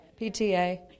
PTA